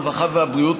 הרווחה והבריאות.